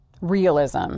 realism